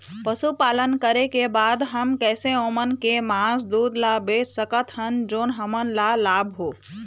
पशुपालन करें के बाद हम कैसे ओमन के मास, दूध ला बेच सकत हन जोन हमन ला लाभ हो?